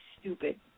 stupid